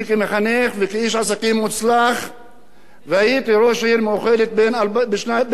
והייתי ראש עיר מאוחדת משנת 2003 עד שנת 2008,